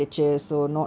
oh